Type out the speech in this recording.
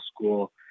school